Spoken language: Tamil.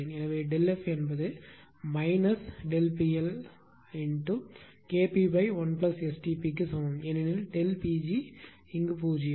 எனவே ΔF என்பது PLKp1STp க்கு சமம் ஏனெனில் Pg பூஜ்யம்